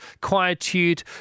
quietude